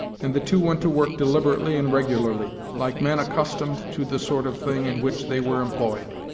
and the two went to work deliberately and regularly, like men accustomed to the sort of thing in which they were employed.